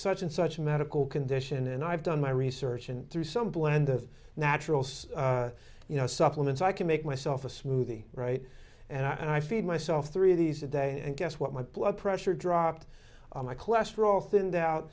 such and such a medical condition and i've done my research and through some blend of natural you know supplements i can make myself a smoothie right and i feed myself three of these a day and guess what my blood pressure drop knocked my cholesterol thinned out